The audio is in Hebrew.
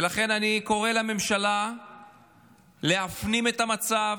ולכן אני קורא לממשלה להפנים את המצב